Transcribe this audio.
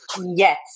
yes